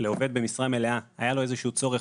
לעובד במשרה מלאה היה איזשהו צורך,